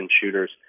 shooters